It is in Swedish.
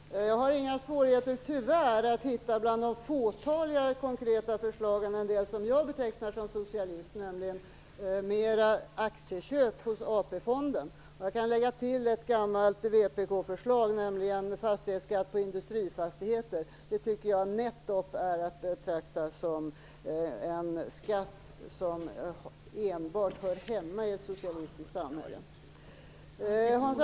Fru talman! Jag har tyvärr inga svårigheter att hitta bland de fåtaliga konkreta förslagen en del som jag betecknar som socialistiska, nämligen mera aktieköp hos AP-fonden. Jag kan lägga till ett gammalt vförslag om en fastighetsskatt på industrifastigheter. Det tycker jag nättupp är att betrakta som en skatt som enbart hör hemma i ett socialistiskt samhälle.